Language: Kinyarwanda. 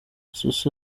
suso